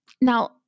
Now